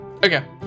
Okay